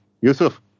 Yusuf